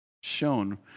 shown